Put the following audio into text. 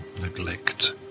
neglect